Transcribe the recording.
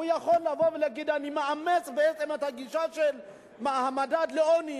הוא יכול לבוא ולהגיד: אני מאמץ בעצם את הגישה של המדד לעוני,